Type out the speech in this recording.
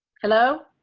hello